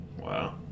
wow